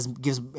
gives